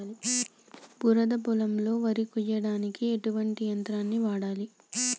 బురద పొలంలో వరి కొయ్యడానికి ఎటువంటి యంత్రాన్ని వాడాలి?